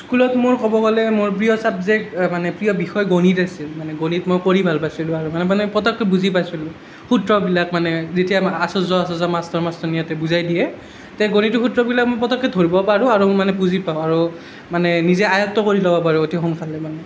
স্কুলত মোৰ ক'ব গ'লে মোৰ প্ৰিয় চাবজেক্ট মানে প্ৰিয় বিষয় গণিত আছিল মানে গণিত মই কৰি ভাল পাইছিলোঁ আৰু মানে পটককৈ বুজি পাইছিলোঁ সূত্ৰবিলাক মানে যেতিয়া আমাৰ আচাৰ্য আচাৰ্য্যা আছে মাষ্টৰ মাষ্টৰণী ইহঁতে বুজাই দিয়ে তে গণিতৰ সূত্ৰবিলাক মই পটককৈ ধৰিব পাৰোঁ আৰু মানে বুজি পাওঁ আৰু মানে নিজে আয়ত্ত কৰি ল'ব পাৰোঁ অতি সোনকালে মানে